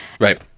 right